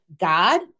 God